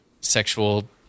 sexual